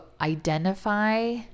identify